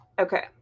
Okay